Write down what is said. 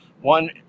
One